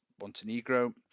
Montenegro